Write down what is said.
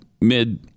mid